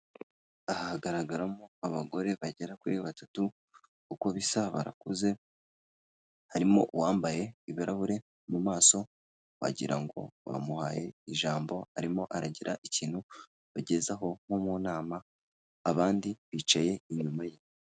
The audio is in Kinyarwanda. Aha hagaragaramo abagore bagera kuri batatu uko bisa barakuze, harimo uwambaye ibirahure mumaso wagira ngo bamuhaye ijambo arimo aragira ikintu abagezaho nko muntama abandi bicaye inyuma ye.